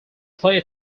play